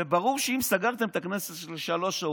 וברור שאם סגרתם את הכנסת לשלוש שעות,